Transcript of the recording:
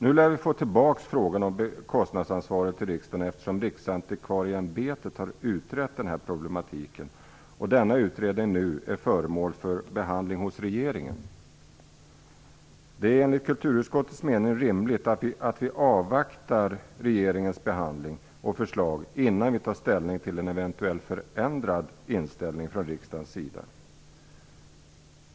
Nu lär vi få tillbaka frågan om kostnadsansvaret till riksdagen, eftersom Riksantikvarieämbetet har utrett problematiken och denna utredning nu är föremål för behandling hos regeringen. Det är enligt kulturutskottets mening rimligt att vi avvaktar regeringens behandling och förslag innan vi tar ställning till en eventuell förändring av riksdagens inställning.